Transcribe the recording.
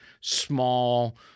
small